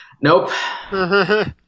Nope